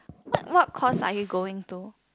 what what course are you going to